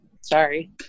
Sorry